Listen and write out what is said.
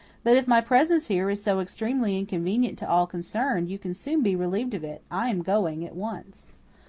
but if my presence here is so extremely inconvenient to all concerned, you can soon be relieved of it. i am going at once.